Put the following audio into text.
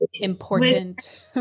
important